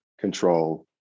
control